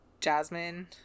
Jasmine